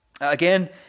again